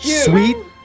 Sweet